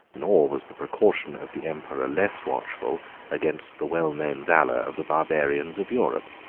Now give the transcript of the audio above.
nor was the precaution of the emperor less watchful against the well-known valor of the barbarians of europe.